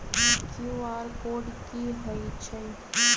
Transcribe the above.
QR code कि हई छई?